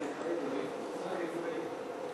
ההצעה להעביר את הנושא לוועדת המדע והטכנולוגיה נתקבלה.